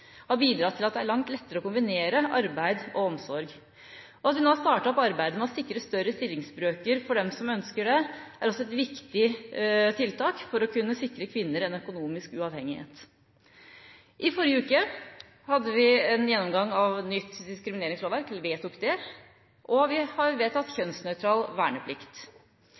har bidratt til at det er langt lettere å kombinere arbeid og omsorg. At vi nå har startet opp arbeidet med å sikre større stillingsbrøker for dem som ønsker det, er også et viktig tiltak for å kunne sikre kvinner en økonomisk uavhengighet. I forrige uke vedtok vi nytt diskrimineringslovverk og kjønnsnøytral verneplikt.